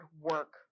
work